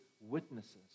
witnesses